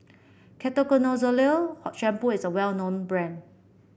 Ketoconazole Shampoo is a well known brand